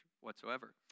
whatsoever